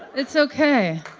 it's ok.